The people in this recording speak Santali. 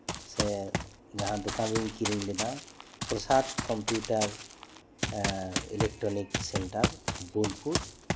ᱥᱮ ᱡᱟᱦᱟᱸ ᱫᱚᱠᱟᱱ ᱨᱤᱧ ᱠᱤᱨᱤᱧ ᱞᱮᱫᱟ Prasad computer electronic centre Bolpur